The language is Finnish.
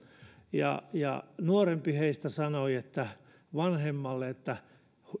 ja ja nuorempi heistä sanoi vanhemmalle että